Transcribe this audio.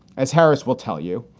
as harris will tell you,